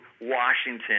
Washington